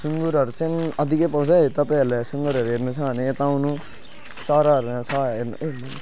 सुँगुरहरू चाहिँ अधिकै पाउँछ है तपाईँहरूले सुँगुरहरू हेर्नु छ भने यता आउनु चराहरू यहाँ छ हेर्नु ए मा